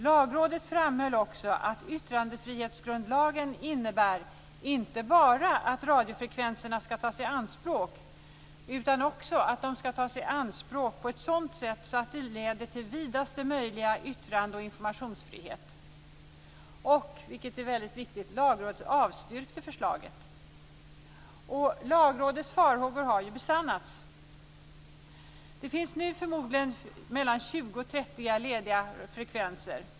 Lagrådet framhöll också att yttrandefrihetsgrundlagen innebär inte bara att radiofrekvenserna skall tas i anspråk, utan också att de skall tas i anspråk på ett sådant sätt att det leder till vidaste möjliga yttrande och informationsfrihet. Lagrådet avstyrkte förslaget, vilket är väldigt viktigt. Lagrådets farhågor har besannats. Det finns nu förmodligen mellan 20 och 30 lediga frekvenser.